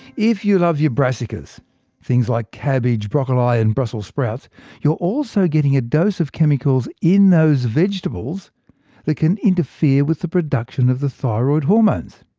if you love your brassicas things like cabbage, broccoli, and brussels sprouts you're also getting a dose of chemicals in these vegetables that can interfere with the production of the thyroid hormones.